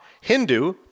Hindu